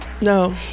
no